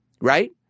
right